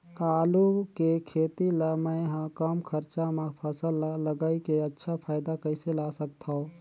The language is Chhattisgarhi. आलू के खेती ला मै ह कम खरचा मा फसल ला लगई के अच्छा फायदा कइसे ला सकथव?